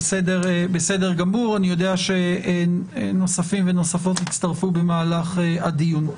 אני יודע שנוספים ונוספות יצטרפו במהלך הדיון.